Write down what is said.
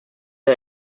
the